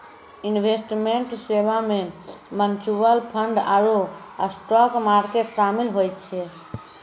investment सेबा मे mutual fund आरु स्टाक मार्केट शामिल होय छै